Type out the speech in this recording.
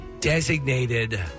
designated